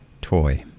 Toy